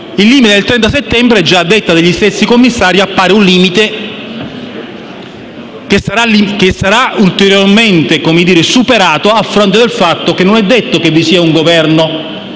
il limite del 30 settembre, già a detta degli stessi commissari, sarà ulteriormente superato a fronte del fatto che non è detto che vi sia un Governo